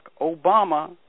Obama